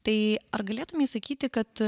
tai ar galėtumei sakyti kad